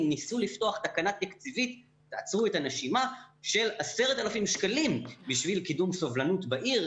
ניסו לפתוח תקנה תקציבית של 10,000 שקלים בשביל קידום סובלנות בעיר,